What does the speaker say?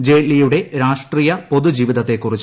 ജെയ്റ്റ്ലിയുടെ രാഷ്ട്രീയ പൊതുജീവിതത്തെക്കുറിച്ച്